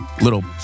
little